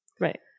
Right